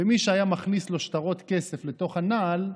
ומי שהיה מכניס לו שטרות כסף לתוך הנעל,